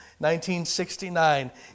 1969